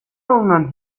alınan